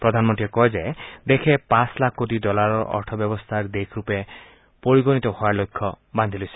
প্ৰধানমন্ত্ৰীয়ে কয় যে ভাৰতবৰ্যই পাঁচ লাখ কোটি ডলাৰৰ অৰ্থব্যৱস্থাৰ দেশৰূপে পৰিগণিত হোৱাৰ লক্ষ্য বান্ধি লৈছে